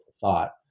Thought